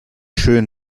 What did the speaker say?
schön